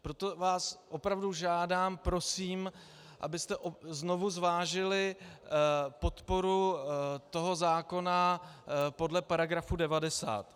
Proto vás opravdu žádám, prosím, abyste znovu zvážili podporu toho zákona podle § 90.